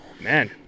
man